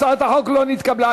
הצעת החוק לא נתקבלה.